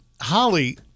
Holly